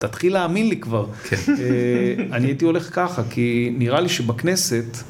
תתחיל להאמין לי כבר. אני הייתי הולך ככה, כי נראה לי שבכנסת...